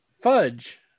Fudge